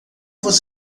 você